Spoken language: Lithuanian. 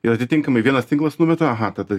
ir atitinkamai vienas tinklas numeta aha tada